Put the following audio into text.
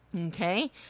Okay